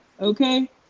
Okay